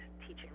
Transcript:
teaching